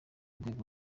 rwego